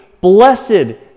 Blessed